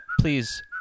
please